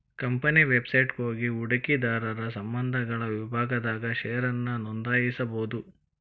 company website ಹೋಗಿ ಹೂಡಕಿದಾರರ ಸಂಬಂಧಗಳ ವಿಭಾಗದಾಗ ಷೇರನ್ನ ನೋಂದಾಯಿಸಬೋದು